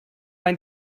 mein